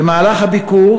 במהלך הביקור,